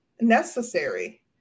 necessary